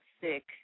sick